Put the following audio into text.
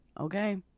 Okay